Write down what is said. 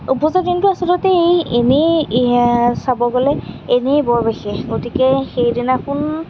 উপজা দিনটো আচলতে এনেই চাব গ'লে এনেই বৰ বিশেষ গতিকে সেইদিনাখন